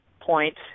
point